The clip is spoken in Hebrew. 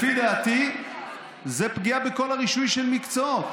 לפי דעתי זו פגיעה בכל הרישוי של מקצועות,